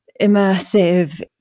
immersive